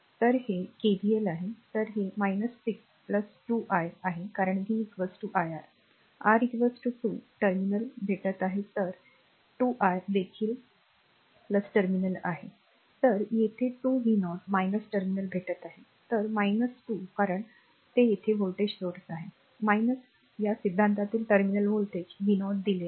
तर हे r KVL आहे तर हे 6 2 i आहे कारण v iR R 2 टर्मिनल भेटत आहे तर 2 I येथे देखील टर्मिनल आहे तर येथे 2 v0 टर्मिनल भेटत आहे तर 2 कारण ते येथे व्होल्टेज स्त्रोत आहे या सिद्धांतातील टर्मिनल व्होल्टेज v0 दिले आहे